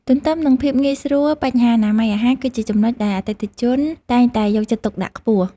ទន្ទឹមនឹងភាពងាយស្រួលបញ្ហាអនាម័យអាហារ គឺជាចំណុចដែលអតិថិជនតែងតែយកចិត្តទុកដាក់ខ្ពស់។